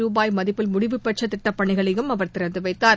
ரூபாய் மதிப்பில் முடிவுபெற்ற திட்டப்பணிகளையும் அவர் திறந்து வைத்தார்